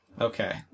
Okay